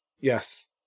Yes